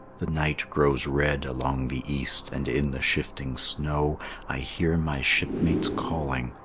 the night grows red along the east, and in the shifting snow i hear my shipmates calling,